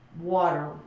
water